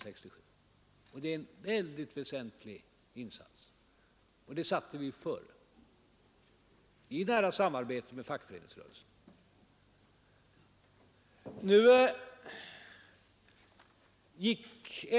Det är en väldigt väsentlig insats, och det målet satte vi före — i nära samarbete med fackföreningsrörelsen.